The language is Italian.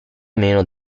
meno